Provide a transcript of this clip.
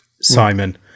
Simon